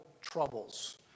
Troubles